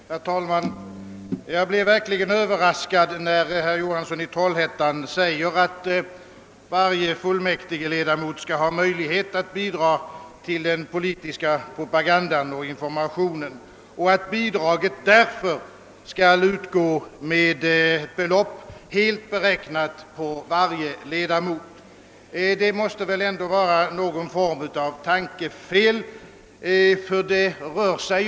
Herr talman! Jag blev verkligen överraskad, när herr Johansson i Trollhättan sade att varje fullmäktigeledamot skall ha möjlighet att bidra till den politiska propagandan och informationen samt att bidraget därför bör utgå med ett belopp enbart beräknat efter varje ledamot. Detta måste vara ett tankefel av något slag.